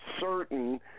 certain